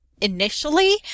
initially